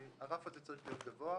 שהרף הזה צריך להיות גבוה,